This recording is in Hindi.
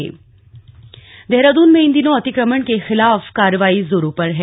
अवैध अतिक्रमण देहरादून में इन दिनों अतिक्रमण के खिलाफ कार्रवाई जोरों पर है